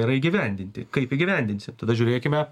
yra įgyvendinti kaip įgyvendinsim tada žiūrėkime